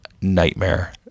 nightmare